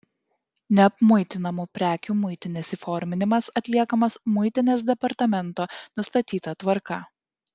neapmuitinamų prekių muitinis įforminimas atliekamas muitinės departamento nustatyta tvarka